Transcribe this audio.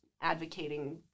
advocating